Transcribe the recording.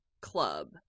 club